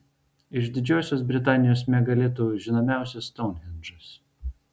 iš didžiosios britanijos megalitų žinomiausias stounhendžas